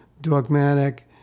dogmatic